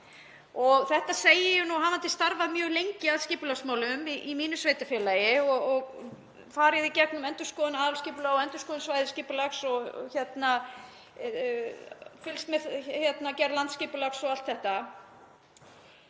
Þetta segi ég hafandi starfað mjög lengi að skipulagsmálum í mínu sveitarfélagi og farið í gegnum endurskoðun aðalskipulags, endurskoðun svæðisskipulags og fylgst með gerð landsskipulags. Ég er ekki